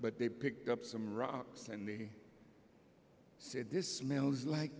but they picked up some rocks and he said this smells like